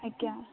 ଆଜ୍ଞା